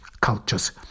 cultures